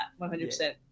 100%